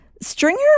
Stringer